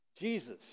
Jesus